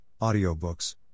audiobooks